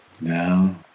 Now